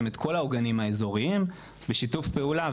את כל העוגנים האזוריים בשיתוף פעולה,